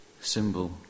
symbol